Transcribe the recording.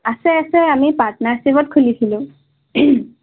আছে আছে আমি পাৰ্টনাৰশ্বিপত খুলিছিলোঁ